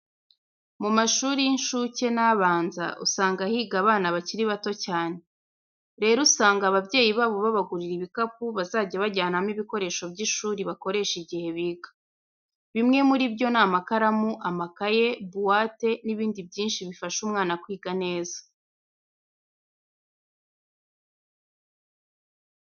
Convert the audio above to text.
Mu mashuri y'inshuke n'abanza usanga higa abana bakiri bato cyane. Rero usanga ababyeyi babo babagurira ibikapu bazajya bajyanamo ibikoresho by'ishuri bakoresha igihe biga. Bimwe muri byo ni amakaramu, amakayi, buwate n'ibindi byinshi bifasha umwana kwiga neza.